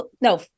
no